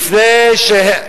לפני שהם,